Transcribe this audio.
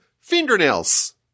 fingernails